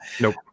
Nope